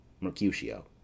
Mercutio